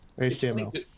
HTML